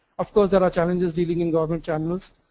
of course there are challenges dealing in government channels